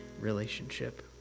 relationship